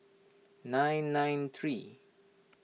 nine nine three